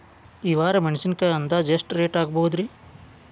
ಈ ವಾರ ಮೆಣಸಿನಕಾಯಿ ಅಂದಾಜ್ ಎಷ್ಟ ರೇಟ್ ಆಗಬಹುದ್ರೇ?